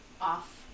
off